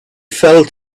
fell